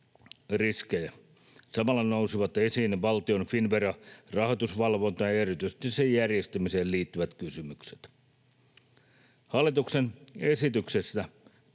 riskejä. Samalla nousivat esiin valtion Finnveran rahoitusvalvontaan ja erityisesti sen järjestämiseen liittyvät kysymykset. Hallituksen esityksessä